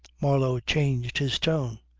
marlow changed his tone.